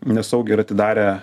nesaugiai yra atidarę